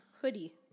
Hoodie